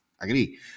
agree